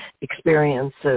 experiences